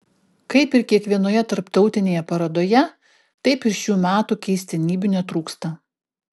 kaip ir kiekvienoje tarptautinėje parodoje taip ir šių metų keistenybių netrūksta